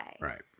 Right